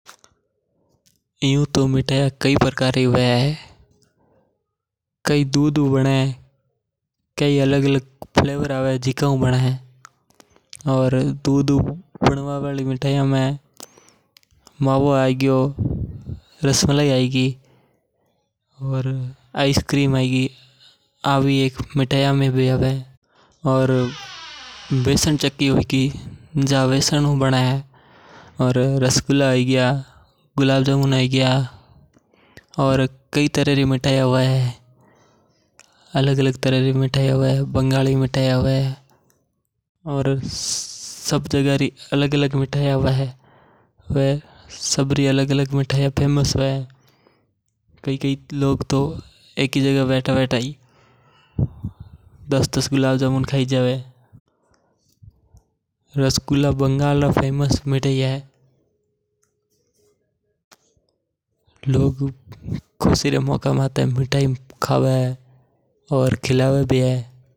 एयो तो मिठाइयां केई प्रकार री हवे केई दूध हु वणै और केई अलग-अलग फ्लेवर आवे वनहु वणे। दूध हु वणवा वाली मिठाइयां में मावो है गियो दूध पेड़ा है गिया। दूध हु वणवा वाली मिठाइयां में मूं सबा हु ज्यादा रसमलाई पसंद करु माणे रसमलाई खवा में घणो माजो आवे और घणी वड़ीया लागे।